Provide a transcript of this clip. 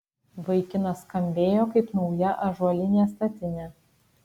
vaikinas skambėjo kaip nauja ąžuolinė statinė